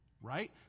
Right